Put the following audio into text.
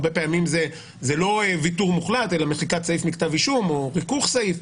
הרבה פעמים זה לא ויתור מוחלט למחיקת סעיף מכתב אישום או ריכוך סעיף,